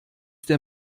der